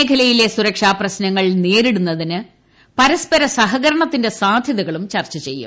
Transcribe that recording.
മേഖലയിലെ സുരക്ഷാ പ്രശ്നങ്ങൾ നേരിടുന്നതിന് പരസ്പര സഹകരണത്തിന്റെ സാധ്യതകളും ചർച്ച ചെയ്യും